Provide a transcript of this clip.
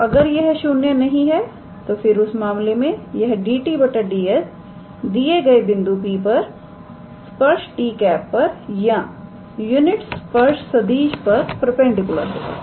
तो अगर यह 0 नहीं है तो फिर उस मामले में यह 𝑑𝑡 𝑑s दिए गए बिंदु P पर स्पर्श 𝑡̂ पर या यूनिट स्पर्श सदिशपरपेंडिकुलर होगा